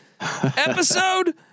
Episode